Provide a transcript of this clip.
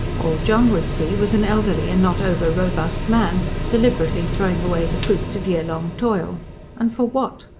all john would see was an elderly and not over-robust man deliberately throwing away the fruits of year-long toil and for what?